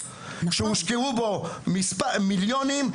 שהושקעו בו מיליונים.